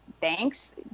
thanks